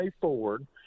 forward